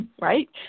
right